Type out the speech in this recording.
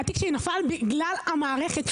התיק שלי נפל בגלל המערכת.